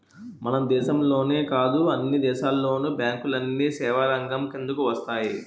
మన దేశంలోనే కాదు అన్ని దేశాల్లోను బ్యాంకులన్నీ సేవారంగం కిందకు వస్తాయి